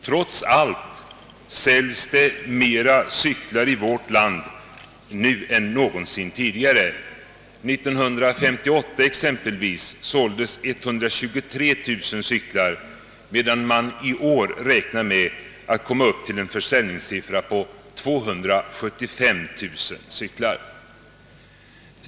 Trots allt säljs det fler cyklar i vårt land nu än någonsin tidigare. År 1958 exempelvis såldes 123 000 cyklar, medan man i år räknar med att komma upp till en försäljningssiffra på 275 000 cyklar.